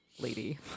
lady